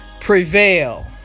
prevail